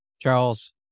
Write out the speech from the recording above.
Charles